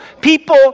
People